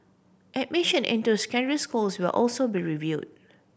admission into schools will also be reviewed